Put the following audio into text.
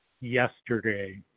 yesterday